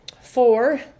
four